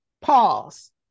pause